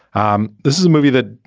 um this is a movie that,